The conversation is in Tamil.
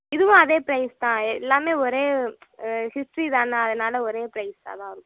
இதுவும் அதே ப்ரைஸ் தான் எல்லாமே ஒரே ஹிஸ்ட்ரிதானே அதனால் ஒரே ப்ரைஸ்ஸாக தான் இருக்கும்